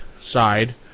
side